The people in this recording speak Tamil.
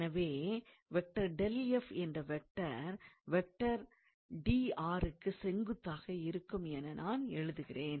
எனவே என்ற வெக்டார்க்குச் செங்குத்தாக இருக்கும் என நான் எழுதுகிறேன்